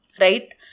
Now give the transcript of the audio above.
Right